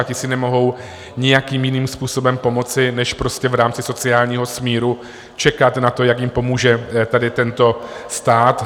Ti si nemohou nijakým jiným způsobem pomoci než prostě v rámci sociálního smíru čekat na to, jak jim pomůže tento stát.